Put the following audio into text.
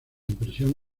impresión